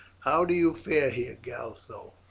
how do you fare here, gatho?